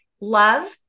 love